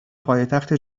پایتخت